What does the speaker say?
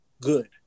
good